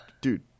dude